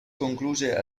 concluse